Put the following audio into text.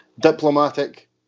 Diplomatic